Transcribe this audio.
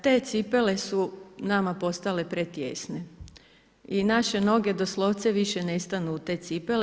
Te cipele su nama postale pretijesne i naše noge doslovce više ne stanu u te cipele.